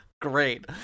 Great